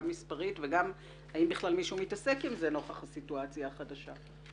גם מספרית וגם בכלל מישהו מתעסק בזה נוכח הסיטואציה החדשה.